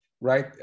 Right